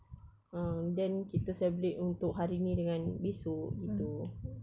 ah then kita celebrate untuk hari ni dengan esok gitu